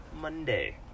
Monday